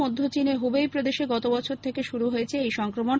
মধ্য চীনের হুবেই প্রদেশে গত বছর থেকে শুরু হয়েছে এই সংক্রমণ